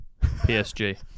PSG